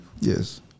Yes